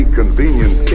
convenient